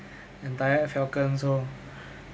entire falcon so